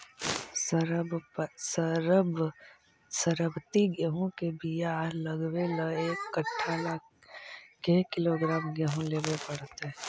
सरबति गेहूँ के बियाह लगबे ल एक कट्ठा ल के किलोग्राम गेहूं लेबे पड़तै?